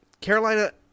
Carolina